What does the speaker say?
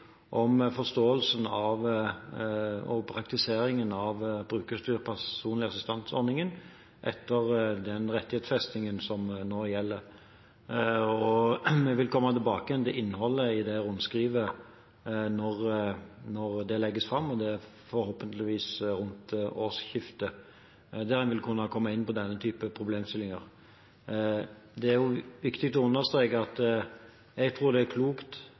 om forståelsen av og praktiseringen av ordningen med brukerstyrt personlig assistanse, etter den rettighetsfestingen som nå gjelder. Vi vil komme tilbake til innholdet i det rundskrivet når det legges fram, og det er forhåpentligvis rundt årsskiftet. Da vil en kunne komme inn på denne typen problemstillinger. Det er også viktig å understreke at jeg tror det er klokt